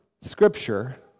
Scripture